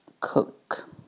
cook